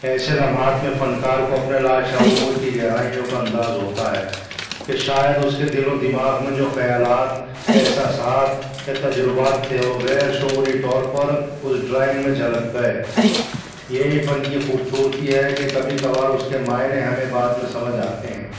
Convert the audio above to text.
ایسے لمحات میں فنکار کو اپنے لالشعور کی گہرائیوں کا انداز ہوتا ہے کہ شاید اس کے دل و دماغ میں جو خیالات احساسات یا تجربات تھے وہ غیر شعوری طور پر اس ڈرائنگ میں جھلک گئے یہی فن کی خوبصورتی ہے کہ کبھی کبھار اس کے معنی ہمیں بعد میں سمجھ آتے ہیں